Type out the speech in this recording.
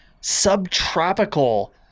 subtropical